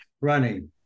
running